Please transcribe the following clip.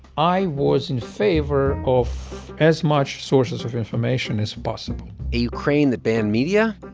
i was in favor of as much sources of information as possible a ukraine that banned media?